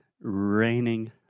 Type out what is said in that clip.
raining